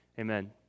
Amen